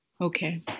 Okay